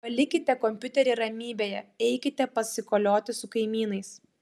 palikite kompiuterį ramybėje eikite pasikolioti su kaimynais